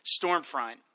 Stormfront